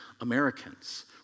Americans